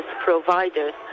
providers